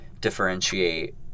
differentiate